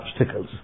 obstacles